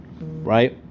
right